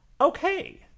Okay